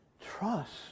trust